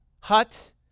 hut